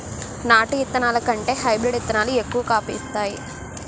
నాటు ఇత్తనాల కంటే హైబ్రీడ్ ఇత్తనాలు ఎక్కువ కాపు ఇత్తాయి